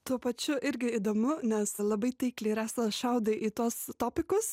tuo pačiu irgi įdomu nes labai taikliai rasa šaudai į tuos topikus